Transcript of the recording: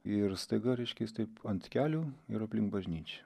ir staiga reiškia jis taip ant kelių ir aplink bažnyčią